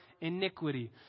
iniquity